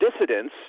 dissidents